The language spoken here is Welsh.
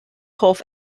hoff